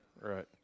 right